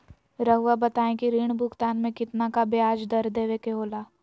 रहुआ बताइं कि ऋण भुगतान में कितना का ब्याज दर देवें के होला?